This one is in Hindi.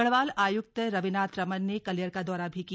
गढ़वाल आयुक्त रविनाथ रमन ने कलियर का दौरा भी किया